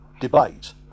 debate